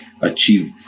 achieve